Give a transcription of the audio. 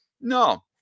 No